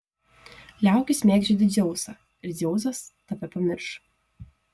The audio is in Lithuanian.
liaukis mėgdžioti dzeusą ir dzeusas tave pamirš